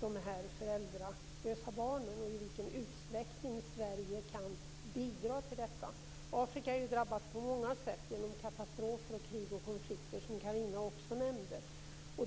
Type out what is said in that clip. de föräldralösa barnen och i vilken utsträckning Sverige kan bidra till detta. Afrika är drabbat på många sätt genom katastrofer, krig och konflikter, som Carina Hägg också nämnde.